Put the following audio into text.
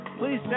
please